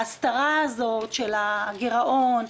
ההסתרה הזאת של הגירעון,